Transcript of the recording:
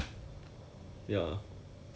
也是比较深一点的颜色 ha